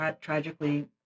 tragically